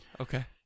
okay